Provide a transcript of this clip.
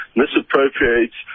misappropriates